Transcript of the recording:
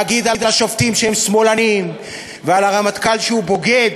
להגיד על השופטים שהם שמאלנים ועל הרמטכ"ל שהוא בוגד,